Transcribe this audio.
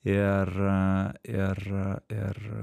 ir ir ir